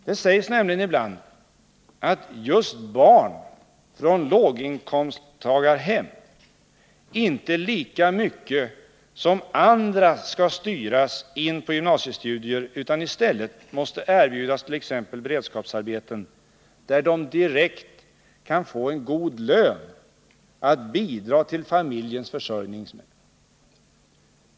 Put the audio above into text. Det sägs nämligen ibland att just barn från låginkomsttagarhem inte lika mycket som andra skall styras in på gymnasiestudier utan i stället måste erbjudas t.ex. beredskapsarbeten, där de direkt kan få en god lön att bidra till familjens försörjning med.